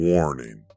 Warning